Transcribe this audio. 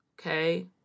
okay